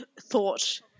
thought